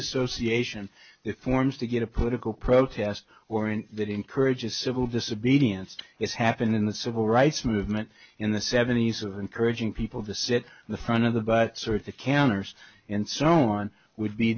association that forms to get a political protest or in that encourages civil disobedience it's happened in the civil rights movement in the seventies of encouraging people to sit in the front of the but sort the canners and so on would be